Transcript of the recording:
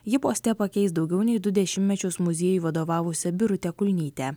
ji poste pakeis daugiau nei du dešimtmečius muziejui vadovavusią birutę kulnytę